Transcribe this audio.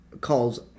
calls